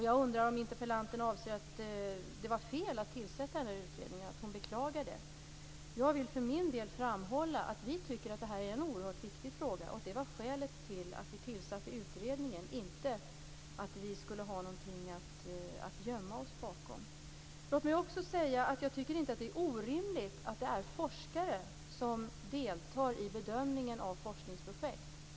Jag undrar om interpellanten anser att det var fel att tillsätta utredningen och att hon beklagar det. Jag vill för min del framhålla att vi tycker att det är en oerhört viktig fråga. Det var skälet till att vi tillsatte utredningen och inte att vi skulle ha någonting att gömma oss bakom. Låt mig också säga att jag inte tycker att det är orimligt att det är forskare som deltar i bedömningen av forskningsprojekt.